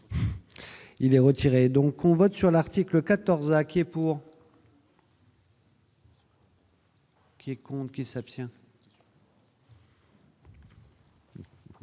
Il est retiré, donc on vote sur l'article 14 inquiets pour. Qui est compte qui s'abstient.